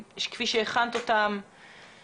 מה המספר של המגיעים לאשפוז?